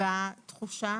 בתחושה